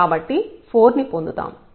కాబట్టి 4 ని పొందుతాము